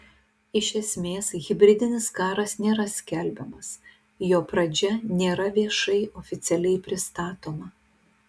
iš esmės hibridinis karas nėra skelbiamas jo pradžia nėra viešai oficialiai pristatoma